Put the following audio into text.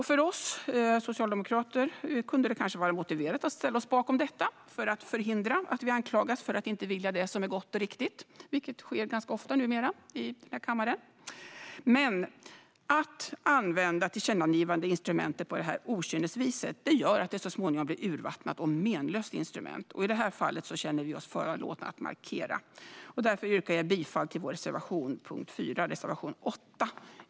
För oss socialdemokrater kunde det kanske vara motiverat att ställa oss bakom detta för att förhindra att vi anklagas för att inte vilja det som är gott och riktigt, vilket numera sker ganska ofta i den här kammaren. Men att använda tillkännagivandeinstrumentet på det här okynnesviset gör att det till slut blir ett urvattnat och menlöst instrument, och i det här fallet känner vi oss föranlåtna att markera. Bifall till vår reservation under punkt 4, reservation 8.